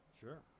Sure